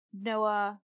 Noah